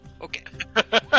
Okay